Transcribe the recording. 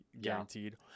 guaranteed